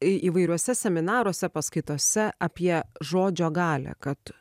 į įvairiuose seminaruose paskaitose apie žodžio galią kad